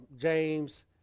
James